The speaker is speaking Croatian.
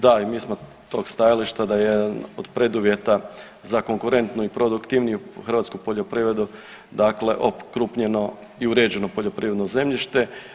Da i mi smo tog stajališta da jedan od preduvjeta za konkurentnu i produktivniju hrvatsku poljoprivredu okrupnjeno i uređeno poljoprivredno zemljište.